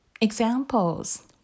Examples